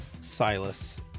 Silas